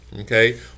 okay